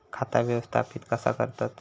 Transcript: खाता व्यवस्थापित कसा करतत?